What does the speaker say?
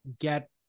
get